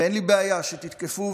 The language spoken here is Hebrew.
ואין לי בעיה שתתקפו,